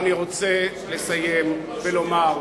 אני רוצה לסיים ולומר: